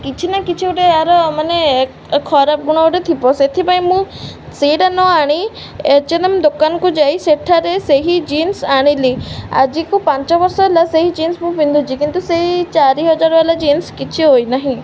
କିଛି ନା କିଛି ଗୋଟେ ଏହାର ମାନେ ଖରାପ ଗୁଣ ଗୋଟେ ଥିବ ସେଥିପାଇଁ ମୁଁ ସେଇଟା ନ ଆଣି ଏଚ୍ ଏନ୍ ଏମ୍ ଦୋକାନକୁ ଯାଇ ସେଠାରେ ସେହି ଜିନ୍ସ ଆଣିଲି ଆଜିକୁ ପାଞ୍ଚ ବର୍ଷ ହେଲା ସେହି ଜିନ୍ସ ମୁଁ ପିନ୍ଧୁଛି କିନ୍ତୁ ସେହି ଚାରି ହଜାର ବାଲା ଜିନ୍ସ କିଛି ହୋଇନାହିଁ